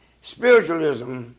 Spiritualism